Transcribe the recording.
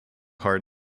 heart